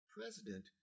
president